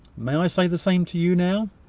may i say the same to you now?